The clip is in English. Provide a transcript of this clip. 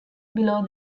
below